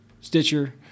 Stitcher